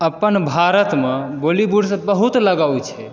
अपन भारतमे बॉलीवुडसँ बहुत लगाव छै